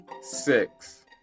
six